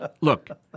look